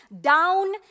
down